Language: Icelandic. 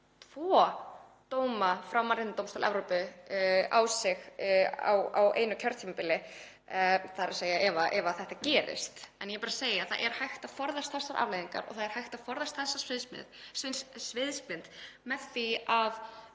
tvo dóma frá Mannréttindadómstóli Evrópu á sig á einu kjörtímabili, þ.e. ef þetta gerist. Ég er bara að segja: Það er hægt að forðast þessar afleiðingar og það er hægt að forðast þessa sviðsmynd með því að